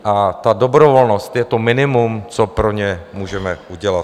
A ta dobrovolnost je to minimum, co pro ně můžeme udělat.